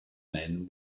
men